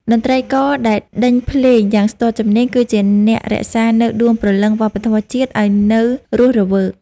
តន្ត្រីករដែលដេញភ្លេងយ៉ាងស្ទាត់ជំនាញ គឺជាអ្នករក្សានូវដួងព្រលឹងវប្បធម៌ជាតិឱ្យនៅរស់រវើក។